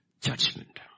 judgment